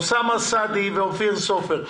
אוסאמה סעדי ואופיר סופר.